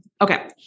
Okay